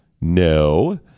No